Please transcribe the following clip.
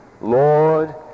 Lord